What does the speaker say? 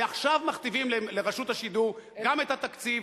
ועכשיו מכתיבים לרשות השידור גם את התקציב,